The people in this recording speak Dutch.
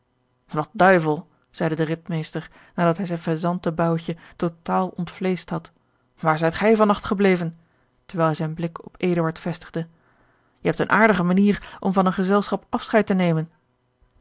wat duivel zeide de ridmeester nadat hij zijn faisantenboutje totaal ontvleescht had waar zijt gij van nacht gebleven terwijl hij zijn blik op eduard vestigde je hebt een aardige manier om van een gezelschap afscheid te nemen